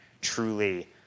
truly